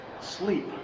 sleep